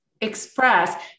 express